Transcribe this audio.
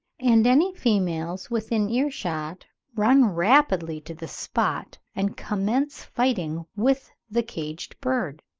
and any females within ear-shot run rapidly to the spot, and commence fighting with the caged bird.